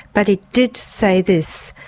but it did say this,